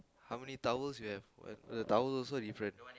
how many towels you have why why the towel also different